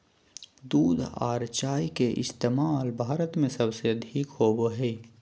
दूध आर चाय के इस्तमाल भारत में सबसे अधिक होवो हय